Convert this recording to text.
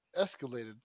escalated